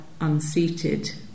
unseated